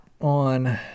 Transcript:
on